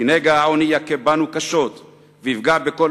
כי נגע העוני יכה בנו קשות ויפגע בכל